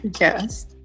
Yes